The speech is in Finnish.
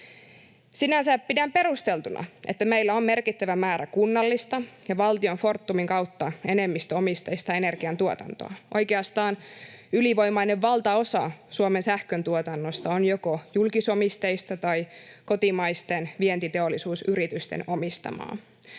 Sinänsä pidän perusteltuna, että meillä on merkittävä määrä kunnallista ja valtion Fortumin kautta enemmistöomisteista energiantuotantoa. Oikeastaan ylivoimainen valtaosa Suomen sähköntuotannosta on joko julkisomisteista tai kotimaisten vientiteollisuusyritysten omistamaa.